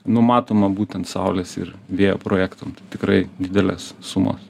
numatoma būtent saulės ir vėjo projektam tikrai didelės sumos